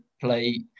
play